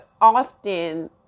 often